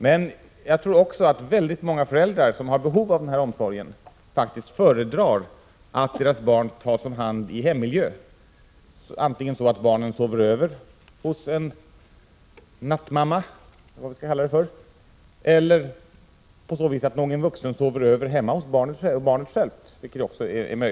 Men jag tror ändå att väldigt många föräldrar som har behov av barnomsorg nattetid faktiskt föredrar att deras barn tas om hand i hemmiljö, antingen så att barnen sover över hos en nattmamma eller på så vis att någon vuxen sover över hemma hos barnen själva.